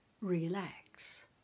relax